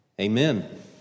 amen